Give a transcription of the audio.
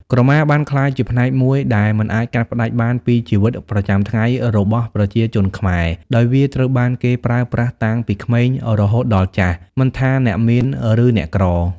ក្រមាបានក្លាយជាផ្នែកមួយដែលមិនអាចកាត់ផ្ដាច់បានពីជីវិតប្រចាំថ្ងៃរបស់ប្រជាជនខ្មែរ ដោយវាត្រូវបានគេប្រើប្រាស់តាំងពីក្មេងរហូតដល់ចាស់ មិនថាអ្នកមានឬអ្នកក្រ។